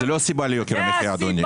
זו לא הסיבה ליוקר המחיה, אדוני.